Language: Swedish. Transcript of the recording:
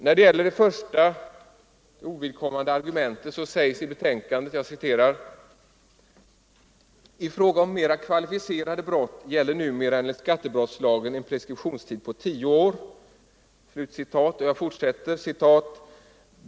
När det gäller det första, ovidkommande argumentet sägs i betänkandet: ”T fråga om mera kvalificerade brott gäller numera enligt skattebrottslagen en preskriptionstid på tio år ——--.